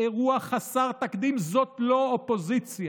אירוע חסר תקדים, זאת לא אופוזיציה.